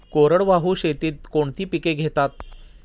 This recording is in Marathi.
कोरडवाहू शेतीत कोणती पिके घेतात?